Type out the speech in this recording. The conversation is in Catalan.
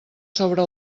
sobre